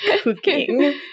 cooking